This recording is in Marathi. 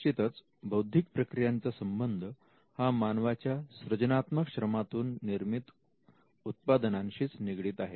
निश्चितच बौद्धिक प्रक्रियांचा संबंध हा मानवाच्या सृजनात्मक श्रमातून निर्मित उत्पादनांशीच निगडित आहे